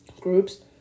Groups